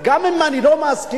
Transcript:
גם אם אני לא מסכים,